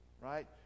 right